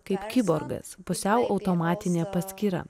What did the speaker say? kaip kiborgas pusiau automatinė paskyra